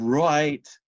right